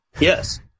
Yes